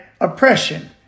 oppression